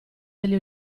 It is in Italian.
delle